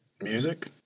Music